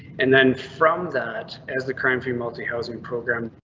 and then from that as the crime free multi housing program.